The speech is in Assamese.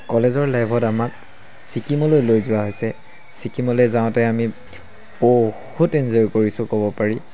কলেজৰ লাইফত আমাক ছিকিমলৈ লৈ যোৱা হৈছে ছিকিমলৈ যাওঁতে আমি বহুত এনজয় কৰিছোঁ ক'ব পাৰি